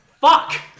Fuck